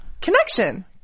connection